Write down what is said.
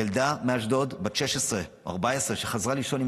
ילדה מאשדוד בת 16 או 14 שחזרה לישון עם